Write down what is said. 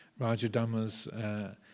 Rajadhammas